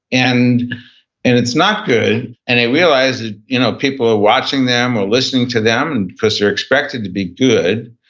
and and it's not good, and they realize that ah you know people are watching them or listening to them because they're expected to be good,